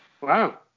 Wow